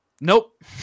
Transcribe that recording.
nope